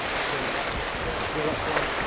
sink and grill up here,